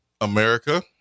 America